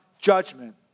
judgment